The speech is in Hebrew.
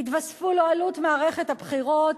יתווספו לו עלות מערכת הבחירות,